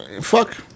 Fuck